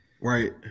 right